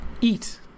Eat